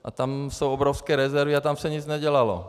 A tam jsou obrovské rezervy a tam se nic nedělalo.